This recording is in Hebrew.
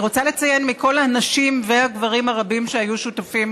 אני רוצה לציין מכל הנשים והגברים הרבים שהיו שותפים